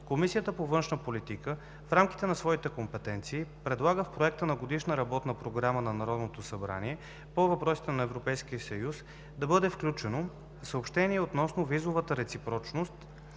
Комисията по външна политика в рамките на своите компетенции предлага в Проекта на Годишната работна програма на Народното събрание по въпросите на Европейския съюз да бъде включено „Съобщение относно визовата реципрочност“.